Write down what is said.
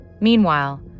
Meanwhile